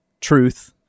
truth